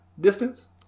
distance